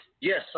Yes